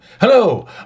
Hello